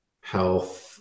health